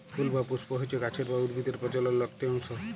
ফুল বা পুস্প হচ্যে গাছের বা উদ্ভিদের প্রজলন একটি অংশ